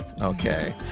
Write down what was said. Okay